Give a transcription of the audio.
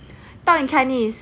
talk in chinese